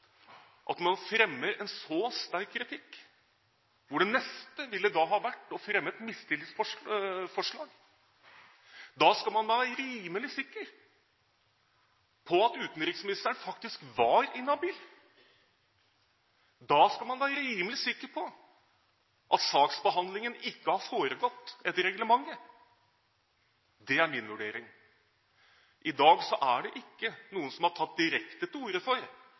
fordi man fremmer en så sterk kritikk, hvor det neste da ville ha vært å fremme et mistillitsforslag. Da skal man være rimelig sikker på at utenriksministeren faktisk var inhabil. Da skal man være rimelig sikker på at saksbehandlingen ikke har foregått etter reglementet. Det er min vurdering. I dag er det ikke noen som har tatt direkte til orde for